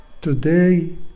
Today